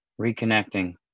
Reconnecting